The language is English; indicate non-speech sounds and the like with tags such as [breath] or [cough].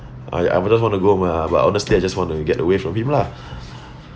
I I wouldn't want to go mah but honestly I just want to get away from him lah [breath]